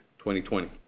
2020